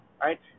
right